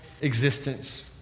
existence